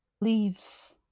leaves